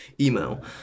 email